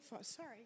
sorry